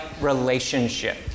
relationship